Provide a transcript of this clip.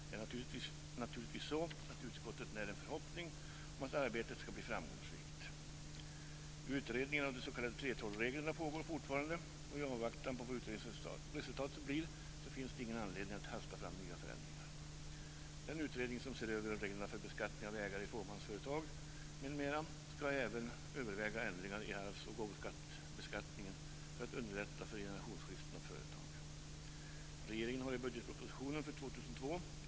Det är naturligtvis så att utskottet när en förhoppning om att arbetet ska bli framgångsrikt. Utredningen av de s.k. 3:12-reglerna pågår fortfarande, och i avvaktan på vad utredningsresultatet blir finns det ingen anledning att hasta fram nya förändringar. Den utredning som ser över reglerna för beskattning av ägare i fåmansföretag m.m. ska även överväga ändringar i arvs och gåvobeskattningen för att underlätta för generationsskiften av företag.